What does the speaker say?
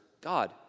God